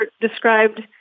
described